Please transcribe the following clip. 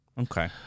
Okay